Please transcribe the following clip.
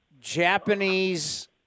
Japanese